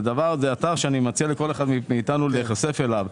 אני מציע לכל אחד מאיתנו להיחשף לאתר הזה.